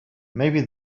maybe